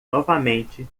novamente